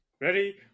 Ready